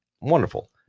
wonderful